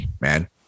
man